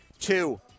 Two